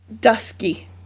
dusky